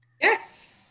yes